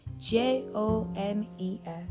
J-O-N-E-S